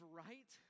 right